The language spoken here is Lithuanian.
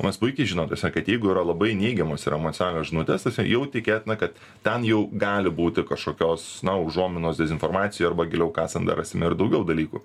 mes puikiai žinom kad jeigu yra labai neigiamos ir emonionalios žinutės tasme jau tikėtina kad ten jau gali būti kažkokios na užuominos dezinformacija arba giliau kasant dar rasime ir daugiau dalykų